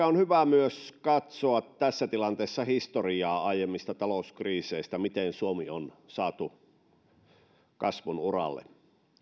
on hyvä myös katsoa tässä tilanteessa historiaa aiemmista talouskriiseistä miten suomi on saatu kasvun uralle